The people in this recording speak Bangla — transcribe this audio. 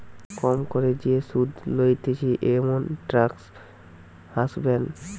কম করে যে সুধ লইতেছে এমন ট্যাক্স হ্যাভেন